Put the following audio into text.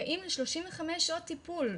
זכאים ל-35 שעות טיפול,